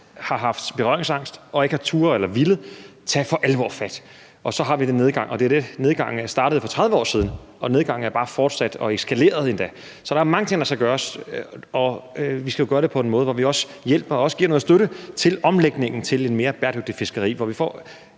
har haft berøringsangst over for og ikke har turdet eller villet for alvor tage fat i. Og så har vi den nedgang. Nedgangen startede for 30 år siden, og nedgangen er bare fortsat og endda eskaleret. Så der er mange ting, der skal gøres, og vi skal jo gøre det på en måde, hvor vi også hjælper og giver noget støtte til omlægning til et mere bæredygtigt fiskeri, hvor vi får